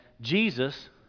Jesus